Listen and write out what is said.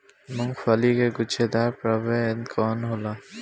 मूँगफली के गुछेदार प्रभेद कौन होला?